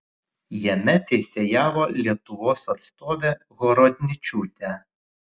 jame teisėjavo lietuvos atstovė horodničiūtė